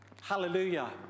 Hallelujah